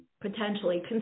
potentially